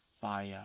fire